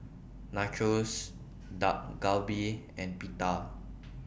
Nachos Dak Galbi and Pita